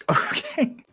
Okay